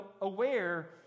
aware